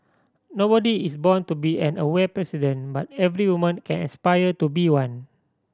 nobody is born to be an aware president but every woman can aspire to be one